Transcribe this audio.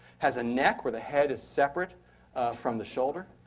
has a neck where the head is separate from the shoulder.